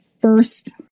first